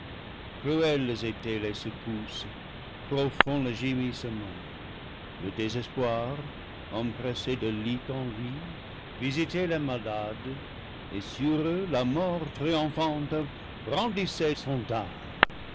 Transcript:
cruelles étaient les secousses profonds les gémissements le désespoir empressé de lit en lit visitait les malades et sur eux la mort triomphante brandissait son dard